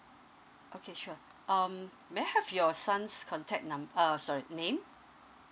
okay sure um may I have your son's contact num uh sorry name